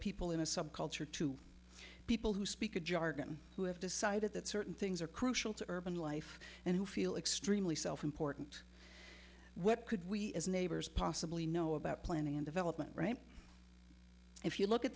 people in a subculture to people who speak a jargon who have decided that certain things are crucial to urban life and who feel extremely self important what could we as neighbors possibly know about planning and development right if you look at